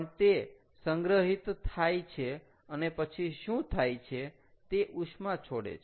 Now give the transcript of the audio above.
પણ તે સંગ્રહિત થાય છે પછી શું થાય છે તે ઉષ્મા છોડે છે